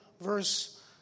verse